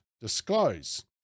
disclose